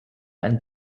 and